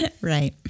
Right